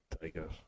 Tiger